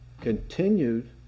continued